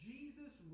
Jesus